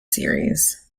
series